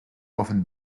often